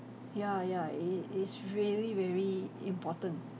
ya ya it it it's really very important